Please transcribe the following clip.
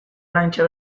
oraintxe